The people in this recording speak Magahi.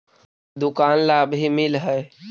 दुकान ला भी मिलहै?